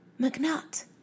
McNutt